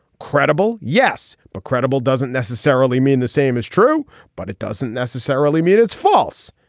credible yes but credible doesn't necessarily mean the same is true but it doesn't necessarily mean it's false.